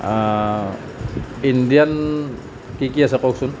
Indian কি কি আছে কওঁকচোন